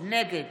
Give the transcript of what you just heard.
נגד